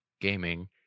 gaming